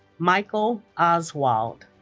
michael oswald